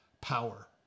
power